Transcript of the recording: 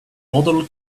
model